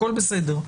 הכול בסדר.